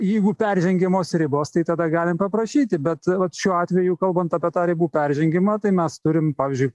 jeigu peržengiamos ribos tai tada galim paprašyti bet vat šiuo atveju kalbant apie tą ribų peržengimą tai mes turim pavyzdžiui